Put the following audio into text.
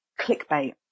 clickbait